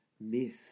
Myth